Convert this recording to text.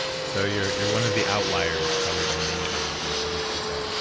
so, you're you're one of the outliers probably by many orders of magnitude there.